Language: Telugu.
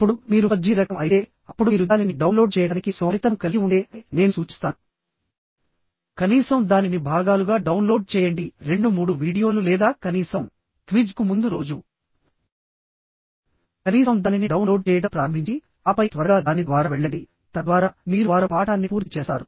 ఇప్పుడు మీరు ఫజ్జీ రకం అయితే అప్పుడు మీరు దానిని డౌన్లోడ్ చేయడానికి సోమరితనం కలిగి ఉంటే నేను సూచిస్తాను కనీసం దానిని భాగాలుగా డౌన్లోడ్ చేయండి 2 3 వీడియోలు లేదా కనీసం క్విజ్ కు ముందు రోజు కనీసం దానిని డౌన్లోడ్ చేయడం ప్రారంభించి ఆపై త్వరగా దాని ద్వారా వెళ్ళండి తద్వారా మీరు వారం పాఠాన్ని పూర్తి చేస్తారు